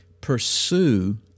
Pursue